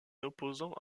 opposant